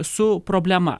su problema